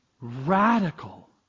radical